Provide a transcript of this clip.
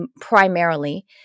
primarily